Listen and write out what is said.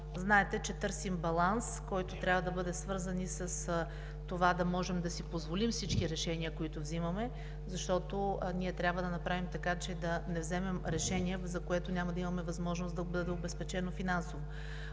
Знаете, че търсим баланс, който трябва да бъде свързан и с това да можем да си позволим всички решения, които вземаме, защото ние трябва да направим така, че да не вземем решение, за което няма да имаме възможност да обезпечим финансово,